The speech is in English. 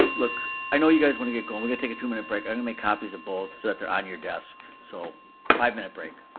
look, i know you guys wanna get going, we're gonna take a two-minute break, i'm gonna make copies of both so that they're on your desk. so five-minute break.